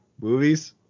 Movies